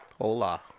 hola